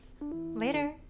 Later